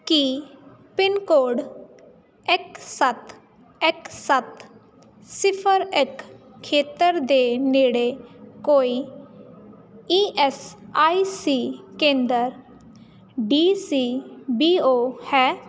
ਕੀ pin code ਇੱਕ ਸੱਤ ਇੱਕ ਸੱਤ ਸਿਫ਼ਰ ਇੱਕ ਖੇਤਰ ਦੇ ਨੇੜੇ ਕੋਈ ਈ ਐੱਸ ਆਈ ਸੀ ਕੇਂਦਰ ਡੀ ਸੀ ਬੀ ਓ ਹੈ